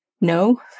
no